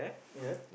ya